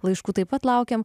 laiškų taip pat laukiam